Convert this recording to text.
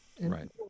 Right